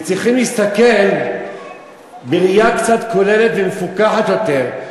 וצריכים להסתכל בראייה קצת כוללת ומפוכחת יותר,